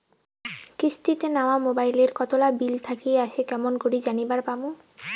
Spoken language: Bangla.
কিস্তিতে নেওয়া মোবাইলের কতোলা বিল বাকি আসে কেমন করি জানিবার পামু?